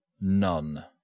None